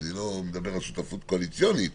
אני לא מדבר על שותפות קואליציונית.